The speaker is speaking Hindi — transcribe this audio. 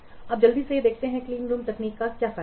अब जल्दी से देखते हैं कि क्लीनरूम तकनीक का क्या फायदा है